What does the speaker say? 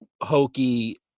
hokey